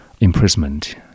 imprisonment